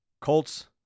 Colts